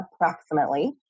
approximately